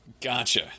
Gotcha